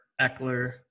Eckler